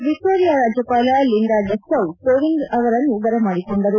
ವಿಕ್ಸೋರಿಯಾ ರಾಜ್ಯಪಾಲ Linda Dessau Kovind ಅವರನ್ನು ಬರಮಾಡಿಕೊಂಡರು